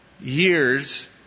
years